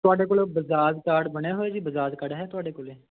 ਤੁਹਾਡੇ ਕੋਲ ਬਜਾਜ ਕਾਰਡ ਬਣਿਆ ਹੋਇਆ ਜੀ ਬਜਾਜ ਕਾਰਡ ਹੈ ਤੁਹਾਡੇ ਕੋਲ